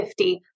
50